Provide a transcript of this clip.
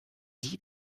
deep